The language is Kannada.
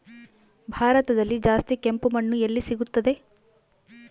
ಭಾರತದಲ್ಲಿ ಜಾಸ್ತಿ ಕೆಂಪು ಮಣ್ಣು ಎಲ್ಲಿ ಸಿಗುತ್ತದೆ?